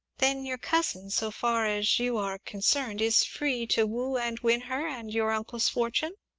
then your cousin, so far as you are concerned, is free to woo and win her and your uncle's fortune?